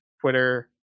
twitter